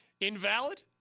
invalid